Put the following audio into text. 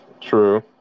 True